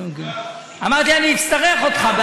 אמרתי, אני אצטרך אותך.